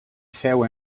féu